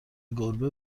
گربه